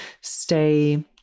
stay